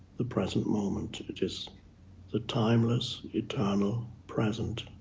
the present moment. it is the timeless, eternal present.